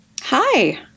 Hi